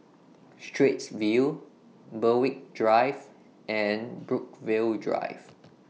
Straits View Berwick Drive and Brookvale Drive